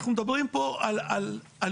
אנחנו מדברים פה על מלחמה,